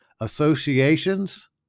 associations